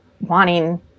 wanting